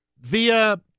via